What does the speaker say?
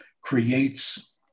creates